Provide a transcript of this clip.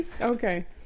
Okay